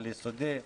על יסודי.